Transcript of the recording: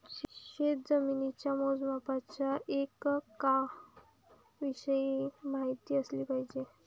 शेतजमिनीच्या मोजमापाच्या एककांविषयी माहिती असली पाहिजे